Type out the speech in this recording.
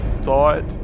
thought